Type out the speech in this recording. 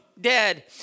dead